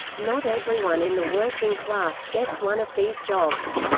not everyone in the working class gets one of these jobs.